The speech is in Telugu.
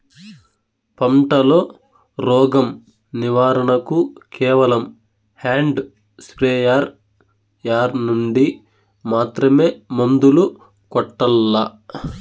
పంట లో, రోగం నివారణ కు కేవలం హ్యాండ్ స్ప్రేయార్ యార్ నుండి మాత్రమే మందులు కొట్టల్లా?